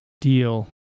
deal